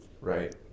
right